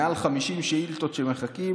מעל 50 שאילתות שמחכות,